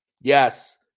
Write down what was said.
Yes